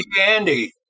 Andy